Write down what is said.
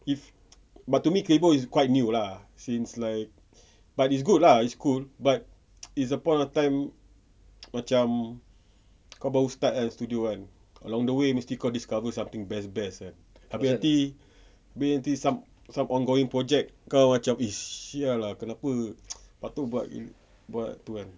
if but to me kaybo is quite new ah since like but it's good lah cool but it's a point of time macam kau baru start kan studio kan along the way mesti kau discover something best best kan tapi nanti abeh nanti some ongoing project kau macam eh [sial] lah kenapa apa buat itu kan